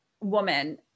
woman